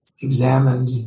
examined